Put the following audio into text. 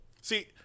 See